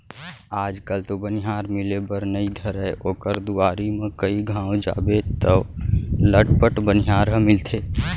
आज कल तो बनिहार मिले बर नइ धरय ओकर दुवारी म कइ घौं जाबे तौ लटपट बनिहार ह मिलथे